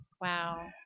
Wow